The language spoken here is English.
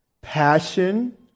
passion